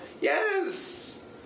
Yes